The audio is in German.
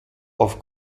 auf